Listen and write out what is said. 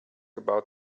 about